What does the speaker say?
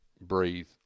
breathe